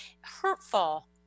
hurtful